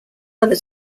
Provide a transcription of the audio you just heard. other